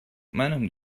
منم